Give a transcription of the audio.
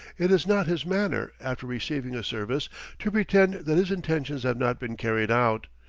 it is not his manner after receiving a service to pretend that his intentions have not been carried out,